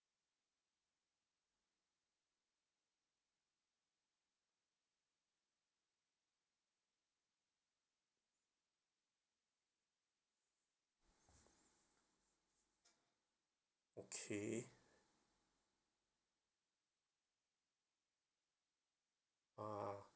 okay uh